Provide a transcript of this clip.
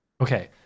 okay